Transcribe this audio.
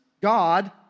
God